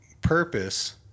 purpose